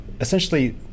essentially